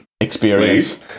experience